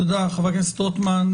תודה, חבר הכנסת רוטמן.